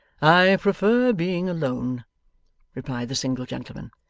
i prefer being alone replied the single gentleman.